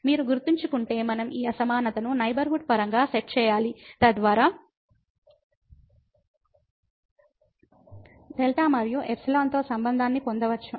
మీరు గుర్తుంచుకుంటే మనం ఈ అసమానతను నైబర్హుడ్ పరంగా సెట్ చేయాలి తద్వారా δ మరియు ϵ తో సంబంధాన్ని పొందవచ్చు